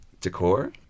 decor